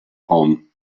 raum